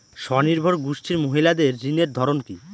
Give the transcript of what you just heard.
স্বনির্ভর গোষ্ঠীর মহিলাদের ঋণের ধরন কি?